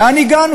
לאן הגענו,